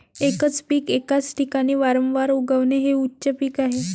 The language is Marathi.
एकच पीक एकाच ठिकाणी वारंवार उगवणे हे उच्च पीक आहे